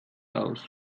aus